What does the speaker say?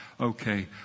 okay